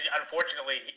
unfortunately